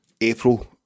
April